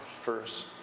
first